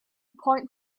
point